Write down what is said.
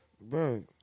bro